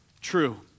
true